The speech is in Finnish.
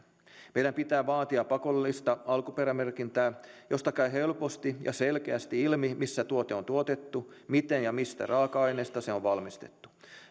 meidän pitää vaatia pakollista alkuperämerkintää josta käy helposti ja selkeästi ilmi missä tuote on tuotettu miten ja mistä raaka aineista se on valmistettu